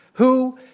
who,